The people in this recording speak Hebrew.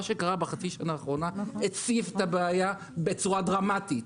מה שקרה בחצי שנה האחרונה הציף את הבעיה בצורה דרמטית,